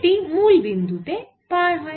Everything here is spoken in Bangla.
সেটি মুল বিন্দু দিয়ে পার হয়